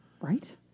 Right